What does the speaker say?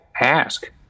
ask